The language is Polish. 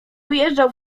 wyjeżdżał